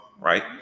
right